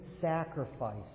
sacrifice